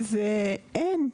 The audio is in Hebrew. ואין,